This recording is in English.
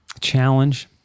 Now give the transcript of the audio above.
challenge